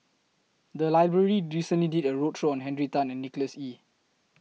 The Library recently did A roadshow on Henry Tan and Nicholas Ee